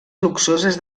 luxoses